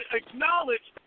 acknowledge